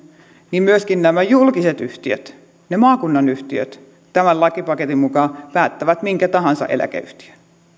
niin myöskin nämä julkiset yhtiöt ne maakunnan yhtiöt tämän lakipaketin mukaan päättävät minkä tahansa eläkeyhtiön